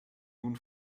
nun